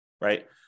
right